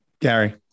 Gary